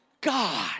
God